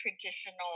traditional